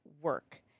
work